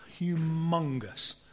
humongous